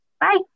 Bye